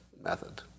method